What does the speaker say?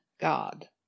God